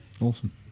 Awesome